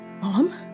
Mom